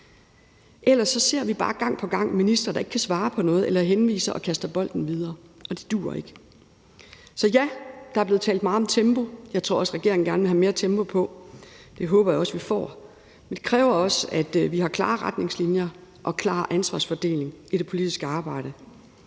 Ellers ser vi bare gang på gang ministre, der ikke kan svare på noget eller henviser og kaster bolden videre, og det duer ikke. Så ja, der er blevet talt meget om tempo. Jeg tror også, at regeringen gerne vil have mere tempo på. Det håber jeg også vi får, men det kræver også, at vi har klare retningslinjer og en klar ansvarsfordeling i det politiske arbejde.